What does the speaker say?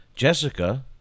Jessica